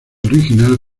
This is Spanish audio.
original